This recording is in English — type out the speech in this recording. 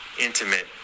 intimate